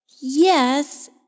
Yes